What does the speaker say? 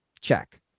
check